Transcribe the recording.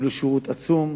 קיבלו שירות עצום.